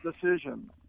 decision